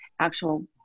actual